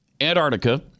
antarctica